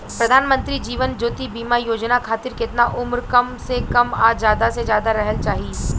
प्रधानमंत्री जीवन ज्योती बीमा योजना खातिर केतना उम्र कम से कम आ ज्यादा से ज्यादा रहल चाहि?